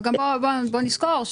אבל גם בואי נזכור,